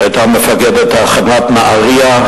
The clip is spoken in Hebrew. שהיתה המפקדת על תחנת נהרייה.